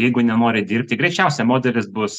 jeigu nenori dirbti greičiausia modelis bus